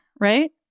right